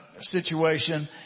situation